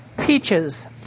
Peaches